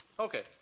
Okay